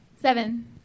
Seven